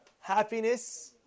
happiness